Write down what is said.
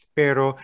pero